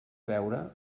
beure